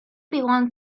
belong